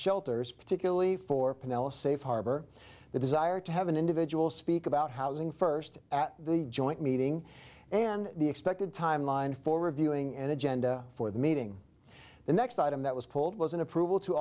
shelters particularly for pinellas safe harbor the desire to have an individual speak about housing first at the joint meeting and the expected timeline for reviewing an agenda for the meeting the next item that was pulled was an approval to